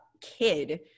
kid